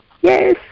Yes